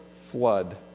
flood